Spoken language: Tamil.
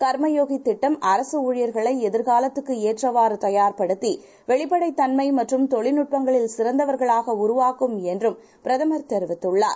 கர்மயோகிதிட்டம் அரசுஊழியர்களைஎதிர்காலத்துக்குஏற்றவாறுதயார்படுத்தி வெளிப்படைத்தன்மைமற்றும்தொழில்துட்பங்களில்சிறந்தவர்களாகஉருவாக்கும்எ ன்றும்பிரதமர்தெரிவித்துள்ளார்